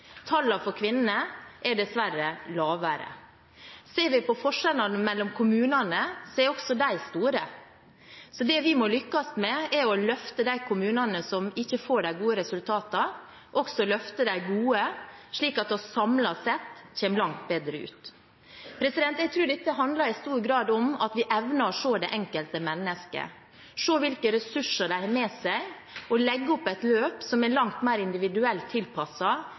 for kvinnene er dessverre lavere. Ser vi på forskjellene mellom kommunene, er også de store. Det vi må lykkes med, er å løfte de kommunene som ikke får de gode resultatene – løfte dem gode – slik at vi samlet sett kommer langt bedre ut. Jeg tror dette i stor grad handler om at vi evner å se det enkelte mennesket, se hvilke ressurser de har med seg, og legge opp et løp som er langt mer individuelt